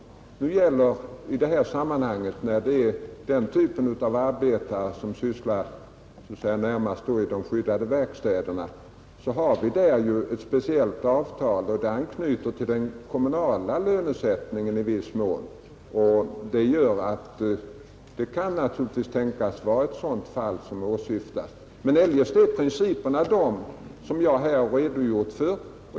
För denna typ av arbetare, som närmast arbetar i skyddad verksamhet, har vi ju ett speciellt avtal, och det anknyter i viss mån till den kommunala lönesättingen. Det kan naturligtvis tänkas vara ett sådant fall som åsyftas. Men eljest är principerna de som jag här redogjort för.